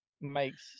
makes